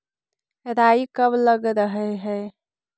राई कब लग रहे है?